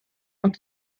und